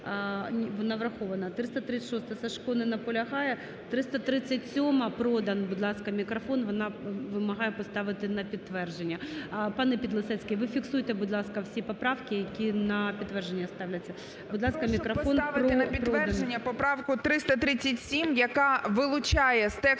Вона врахована. 336-а, Сажко. Не наполягає. 337-а, Продан. Будь ласка, мікрофон. Вона вимагає поставити на підтвердження. Пане Підлісецький, ви фіксуйте, будь ласка, всі поправки які на підтвердження ставляться. Будь ласка, мікрофон Продан.